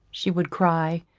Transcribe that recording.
she would cry,